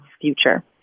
future